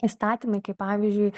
įstatymai kaip pavyzdžiui